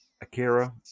Akira